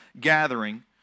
gathering